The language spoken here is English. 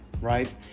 right